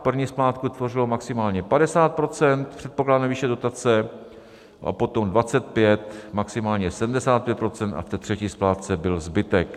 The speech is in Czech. První splátku tvořilo maximálně 50 % předpokládané výše dotace a potom 25, maximálně 75 %, a v té třetí splátce byl zbytek.